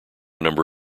number